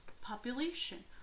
population